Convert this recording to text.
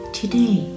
today